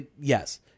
Yes